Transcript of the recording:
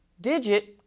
Digit